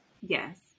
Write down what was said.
Yes